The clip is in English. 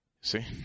See